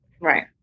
right